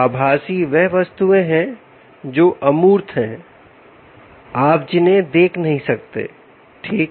आभासी वह वस्तुएं हैं जो अमूर्त है आप जिन्हें देख नहीं सकते ठीक